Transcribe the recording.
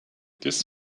this